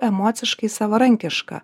emociškai savarankiška